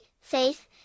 faith